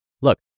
Look